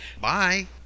Bye